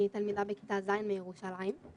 אני תלמידה בכיתה ז' מירושלים.